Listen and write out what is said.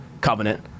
Covenant